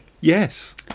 Yes